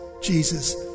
Jesus